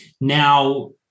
Now